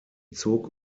zog